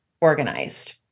organized